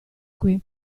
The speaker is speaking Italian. qui